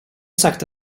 sagt